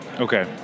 Okay